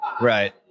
Right